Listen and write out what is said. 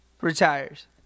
retires